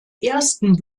ersten